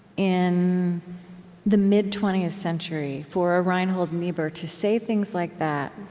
in the mid twentieth century, for a reinhold niebuhr to say things like that,